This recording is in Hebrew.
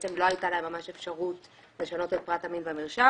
בעצם לא הייתה להם ממש אפשרות לשנות את פרט המין במרשם